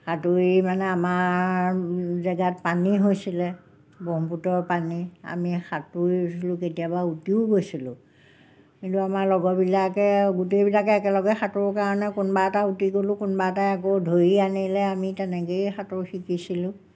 সাঁতোৰি মানে আমাৰ জেগাত পানী হৈছিলে ব্ৰহ্মপুত্ৰৰ পানী আমি সাঁতোৰিছিলোঁ কেতিয়াবা উটিও গৈছিলোঁ কিন্তু আমাৰ লগৰবিলাকে গোটেইবিলাকে একেলগে সাঁতোৰো কাৰণে কোনোবা এটা উটি গ'লোঁ কোনোবা এটাই আকৌ ধৰি আনিলে আমি তেনেকৈয়ে সাঁতোৰ শিকিছিলোঁ